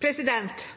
begivenhet.